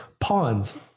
pawns